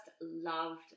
loved